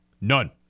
None